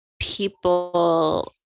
people